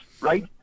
right